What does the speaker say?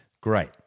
Great